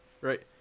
Right